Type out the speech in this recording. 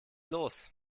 los